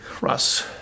Russ